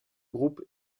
groupe